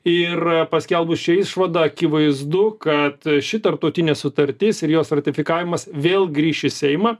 ir paskelbus šią išvadą akivaizdu kad ši tarptautinė sutartis ir jos ratifikavimas vėl grįš į seimą